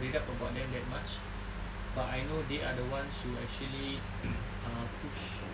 read up about them that much but I know they are the ones who actually ah push